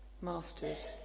Masters